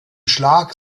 schlag